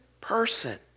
person